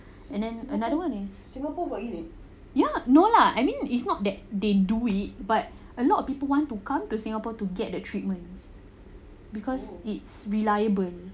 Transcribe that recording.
and then another [one] is ya no lah I mean it's not that they do it but a lot people want to come to singapore to get that treatments because it's reliable